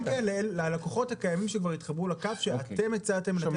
ללקוחות הקיימים שכבר התחברו לקו שאתם הצעתם לתת